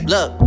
Look